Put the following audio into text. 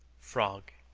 frog,